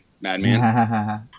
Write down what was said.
Madman